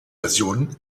versionen